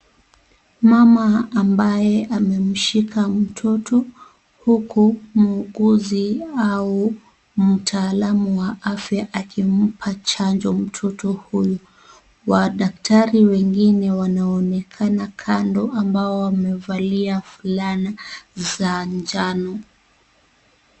Mama ambaye amemshika mtoto huku muuguzi au mtaalamu wa afya akimpa chanjo mtoto huyo wadaktari wengine wanaonekana kando ambao wamevalia fulana za njano.